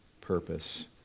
purpose